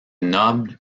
nobles